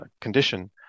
condition